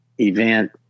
event